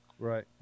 right